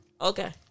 Okay